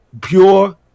pure